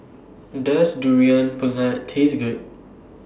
Does Durian Pengat Taste Good